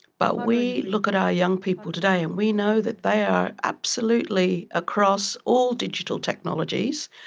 but we look at our young people today, and we know that they are absolutely across all digital technologies,